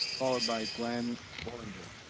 followed by glenn bullinger.